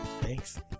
Thanks